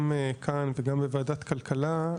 גם כאן וגם בוועדת כלכלה,